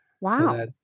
Wow